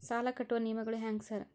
ಸಾಲ ಕಟ್ಟುವ ನಿಯಮಗಳು ಹ್ಯಾಂಗ್ ಸಾರ್?